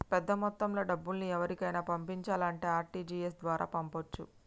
పెద్దమొత్తంలో డబ్బుల్ని ఎవరికైనా పంపించాలంటే ఆర్.టి.జి.ఎస్ ద్వారా పంపొచ్చు